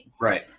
Right